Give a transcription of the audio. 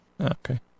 Okay